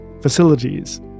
Facilities